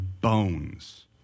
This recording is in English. bones